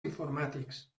informàtics